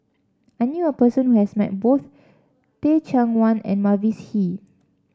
I knew a person who has met both Teh Cheang Wan and Mavis Hee